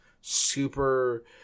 super